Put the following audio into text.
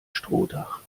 strohdach